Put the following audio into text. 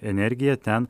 energiją ten